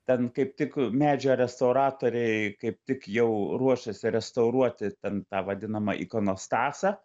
ten kaip tik medžio restauratoriai kaip tik jau ruošiasi restauruoti ten tą vadinamą ikonostasą